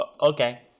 Okay